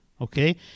okay